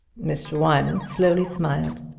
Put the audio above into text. mr. wymans slowly smiled.